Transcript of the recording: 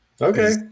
okay